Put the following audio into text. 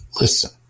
Listen